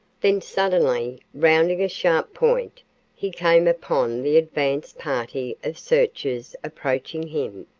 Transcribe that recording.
then suddenly, rounding a sharp point he came upon the advance party of searchers approaching him.